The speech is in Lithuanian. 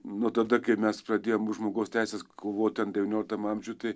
nuo tada kai mes pradėjom už žmogaus teisės kovot ten devynioliktam amžiuj tai